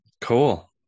Cool